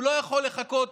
הוא לא יכול לחכות